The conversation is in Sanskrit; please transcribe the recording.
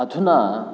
अधुना